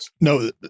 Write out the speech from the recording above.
No